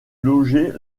loger